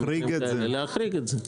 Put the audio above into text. להחריג את זה.